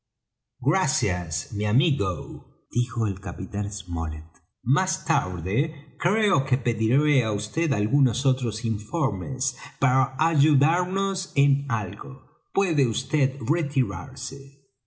gracias mi amigo dijo el capitán smollet más tarde creo que pediré á vd algunos otros informes para ayudarnos en algo puede vd retirarse